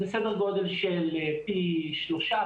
בסדר גודל של פי שלושה,